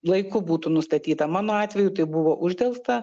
laiku būtų nustatyta mano atveju tai buvo uždelsta